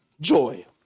joy